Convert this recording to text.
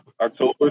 October